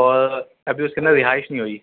اور ابھی اس کے اندر رہائش نہیں ہوئی